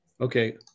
Okay